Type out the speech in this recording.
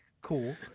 cool